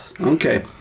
Okay